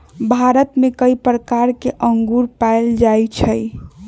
भारत में कई प्रकार के अंगूर पाएल जाई छई